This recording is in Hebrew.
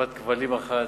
חברת כבלים אחת,